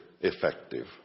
effective